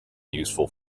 useful